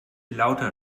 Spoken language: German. lauter